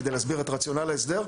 כדי להסביר את רציונל ההסדר.